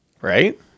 right